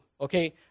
okay